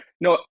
no